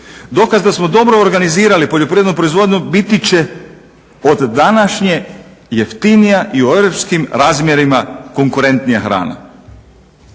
Dokaz da smo dobro organizirali poljoprivrednu proizvodnju biti će od današnje jeftinija i u europskim razmjerima konkurentnija hrana.